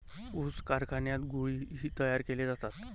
ऊस कारखान्यात गुळ ही तयार केले जातात